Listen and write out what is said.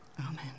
amen